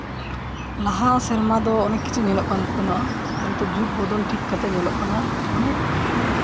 ᱞᱟᱦᱟ ᱥᱮᱨᱢᱟ ᱰᱚ ᱚᱱᱮᱠ ᱠᱤᱪᱷᱩ ᱧᱮᱞᱚᱜ ᱠᱟᱱ ᱛᱟᱦᱮᱱᱟ ᱟᱨ ᱱᱮᱛᱟᱨ ᱡᱩᱜᱽ ᱵᱚᱫᱚᱞ ᱴᱷᱤᱠ ᱠᱟᱛᱮ ᱧᱮᱞᱚᱜ ᱠᱟᱱᱟ ᱚᱱᱮᱠ